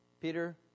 Peter